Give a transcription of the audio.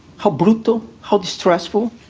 how brutal, how distressful?